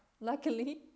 Luckily